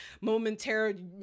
momentary